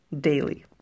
daily